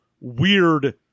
weird